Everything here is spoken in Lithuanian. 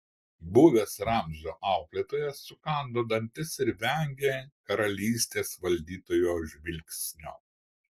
buvęs ramzio auklėtojas sukando dantis ir vengė karalystės valdytojo žvilgsnio